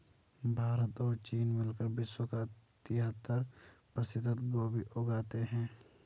भारत और चीन मिलकर विश्व का तिहत्तर प्रतिशत गोभी उगाते हैं